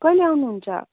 कहिले आउनु हुन्छ